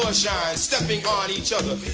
ah shines stepping on each other,